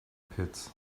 pits